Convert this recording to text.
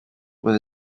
with